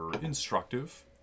instructive